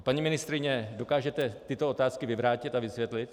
Paní ministryně, dokážete tyto otázky vyvrátit a vysvětlit?